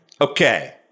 Okay